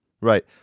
Right